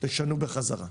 תשנו בחזרה.